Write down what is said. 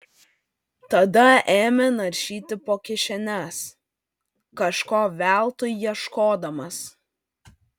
tada ėmė naršyti po kišenes kažko veltui ieškodamas